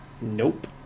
Nope